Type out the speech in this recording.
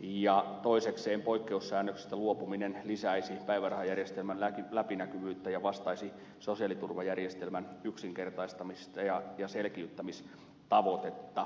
ja toisekseen poikkeussäännöksestä luopuminen lisäisi päivärahajärjestelmän läpinäkyvyyttä ja vastaisi sosiaaliturvajärjestelmän yksinkertaistamis ja selkiyttämistavoitetta